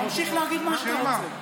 תמשיך להגיד מה שאתה רוצה,